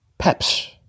peps